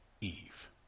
Eve